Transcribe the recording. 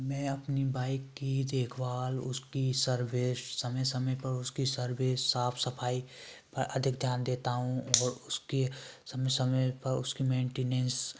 मैं अपनी बाइक की देखभाल उसकी सर्विस समय समय पर उसकी सर्विस साफ सफाई पर अधिक ध्यान देता हूँ और उसकी समय समय पर उसकी मेंटिनेंस